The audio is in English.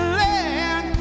land